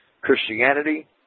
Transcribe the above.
Christianity